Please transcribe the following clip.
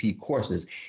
courses